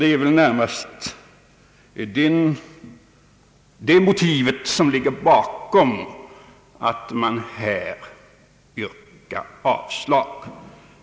Det är väl närmast detta som ligger bakom avslagsyrkandet.